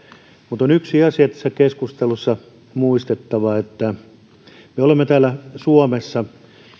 on yksi asia tässä keskustelussa muistettava se että me olemme täällä suomessa